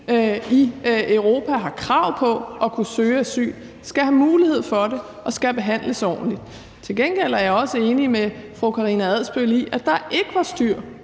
i Europa, har krav på at kunne søge asyl, skal have mulighed for det og skal behandles ordentligt. Til gengæld er jeg også enig med fru Karina Adsbøl i, at der ikke var styr